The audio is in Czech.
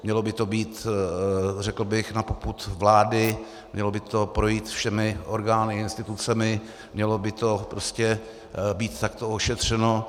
Mělo by to být, řekl bych, na popud vlády, mělo by to projít všemi orgány, institucemi, mělo by to být takto ošetřeno.